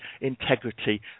integrity